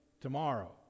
tomorrow